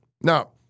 Now